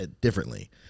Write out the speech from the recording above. Differently